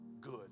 good